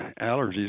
allergies